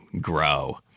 grow